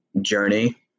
journey